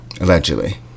allegedly